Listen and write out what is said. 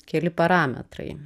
keli parametrai